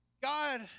God